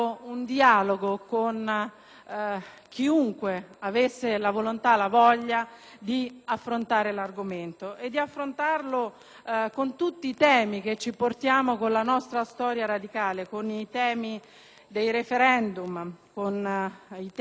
con chiunque avesse la volontà e la voglia di affrontare l'argomento e di affrontarlo con tutti i temi della nostra storia radicale, con i temi dei *referendum*, con le proposte che da anni